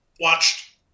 watched